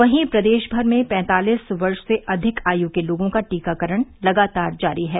वहीं प्रदेश भर में पैंतालीस वर्ष से अधिक आयु के लोगों का टीकाकरण लगातार जारी है